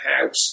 house